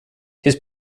his